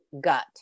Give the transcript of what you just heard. gut